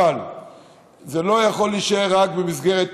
אבל זה לא יכול להישאר רק במסגרת אמירה,